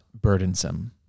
burdensome